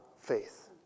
faith